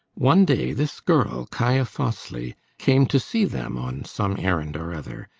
one day this girl, kaia fosli, came to see them on some errand or other.